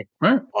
right